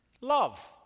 love